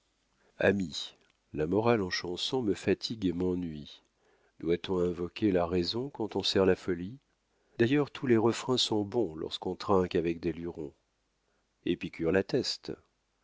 amis la morale en chanson me fatigue et m'ennuie doit-on invoquer la raison quand on sert la folie d'ailleurs tous les refrains sont bons lorsqu'on trinque avec des lurons épicure l'atteste